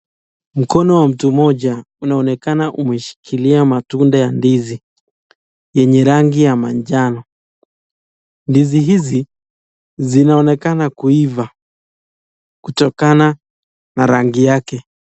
Mkono wa mtu moja unaonekana umeshikilia matunda ya ndizi yenye rangi ya manjano, ndizi hizi zinaonekana kuifaa kutokana na rangi yake.